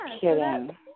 kidding